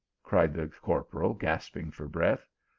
cried the corporal, gasp ing for breath.